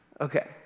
Okay